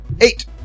Eight